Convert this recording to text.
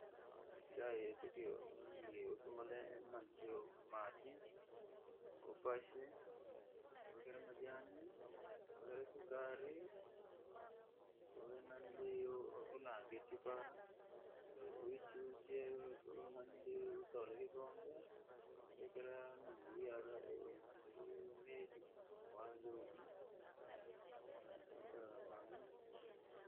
Chai atike unaniliu ufumalee naniliu maji, upashe, uweke na majani, uweke na sukari, uwe naniliu unange chipara, uichuje, utole kikombe, uweke naniliu wamezi.